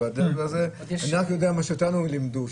אני רק יודע מה שאותנו לימדו,